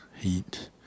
heat